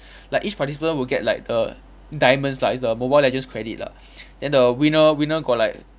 like each participant will get like the diamonds lah it's the mobile agents credit lah then the winner winner got like